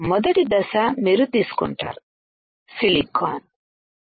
మొదటి దశ మీరు తీసుకుంటారు సిలికాన్ silicon